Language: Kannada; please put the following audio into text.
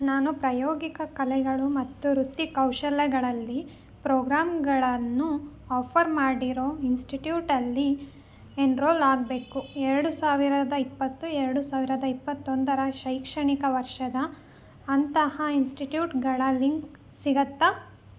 ನಾನು ಪ್ರಯೋಗಿಕ ಕಲೆಗಳು ಮತ್ತು ವೃತ್ತಿಕೌಶಲಗಳಲ್ಲಿ ಪ್ರೋಗ್ರಾಮ್ಗಳನ್ನು ಆಫರ್ ಮಾಡಿರೋ ಇನ್ಸ್ಟಿಟ್ಯೂಟಲ್ಲಿ ಎನ್ರೋಲ್ ಆಗಬೇಕು ಎರಡು ಸಾವಿರದ ಇಪ್ಪತ್ತು ಎರಡು ಸಾವಿರದ ಇಪ್ಪತ್ತೊಂದರ ಶೈಕ್ಷಣಿಕ ವರ್ಷದ ಅಂತಹ ಇನ್ಸ್ಟಿಟ್ಯೂಟ್ಗಳ ಲಿಂಕ್ ಸಿಗುತ್ತಾ